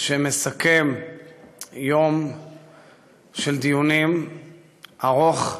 שמסכם יום דיונים ארוך,